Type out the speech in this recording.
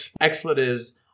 expletives